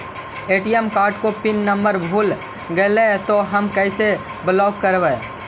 ATM card को PIN number भुला गैले तौ हम कैसे ब्लॉक करवै?